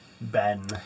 Ben